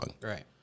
Right